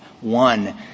One